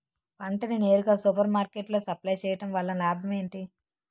పంట ని నేరుగా సూపర్ మార్కెట్ లో సప్లై చేయటం వలన లాభం ఏంటి?